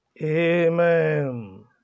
Amen